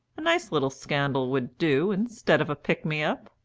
a nice little scandal would do instead of a pick-me-up.